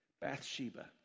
Bathsheba